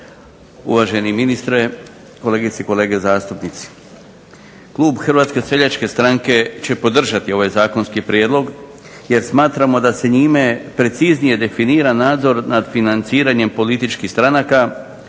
uvaženi ministre, kolegice i kolege. Klub Hrvatske seljačke stranke će podržati ovaj Zakonski prijedlog jer smatramo da se njime preciznije definira nadzor nad financiranjem političkih stranaka,